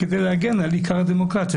כדי להגן על עיקר הדמוקרטיה,